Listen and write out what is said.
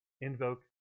invoke